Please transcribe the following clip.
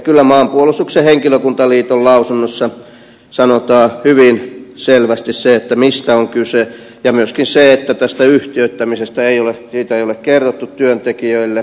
kyllä maanpuolustuksen henkilökuntaliiton lausunnossa sanotaan hyvin selvästi se mistä on kyse ja myöskin se että tästä yhtiöittämisestä ei ole kerrottu työntekijöille